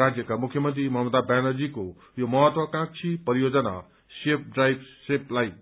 राज्यका मुख्यमन्त्री ममता ब्यानर्जीको यो महत्वाकांक्षी परियोजना सेफ ड्रावइ सेभ लाइफ